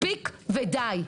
מספיק ודי!